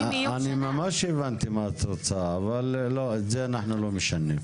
ממש הבנתי מה את רוצה אבל את זה אנחנו לא משנים.